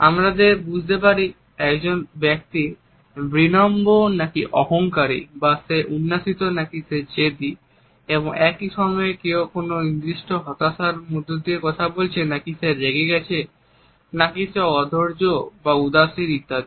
আমরা বুঝতে পারি একজন ব্যক্তি বিনম্র নাকি অহংকারী বা সে উন্নাসিক নাকি সে জেদী এবং একই সময়ে কেউ কোন নির্দিষ্ট হতাশার মধ্যে কথা বলছে নাকি সে রেগে নাকি সে অধৈর্য বা উদাসীন ইত্যাদি